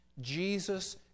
Jesus